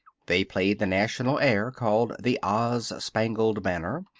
they played the national air called the oz spangled banner,